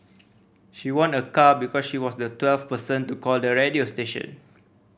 she won a car because she was the twelfth person to call the radio station